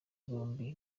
bombi